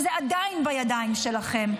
וזה עדיין בידיים שלכם.